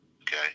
Okay